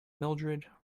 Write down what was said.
mildrid